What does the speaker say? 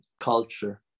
culture